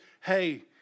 hey